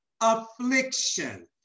affliction